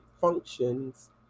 functions